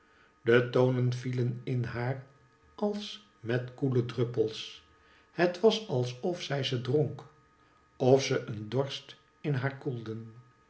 de tonen vielen in haar als met koele druppels het was of zij ze dronk of ze een dorst in haar koelden